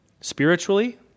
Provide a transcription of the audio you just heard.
spiritually